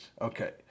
okay